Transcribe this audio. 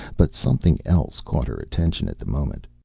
but something else caught her attention at the moment.